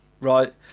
right